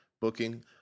booking